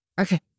Okay